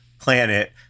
planet